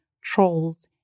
trolls